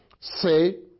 Say